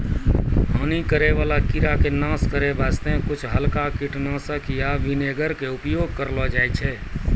हानि करै वाला कीड़ा के नाश करै वास्तॅ कुछ हल्का कीटनाशक या विनेगर के उपयोग करलो जाय छै